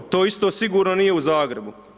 To isto sigurno nije u Zagrebu.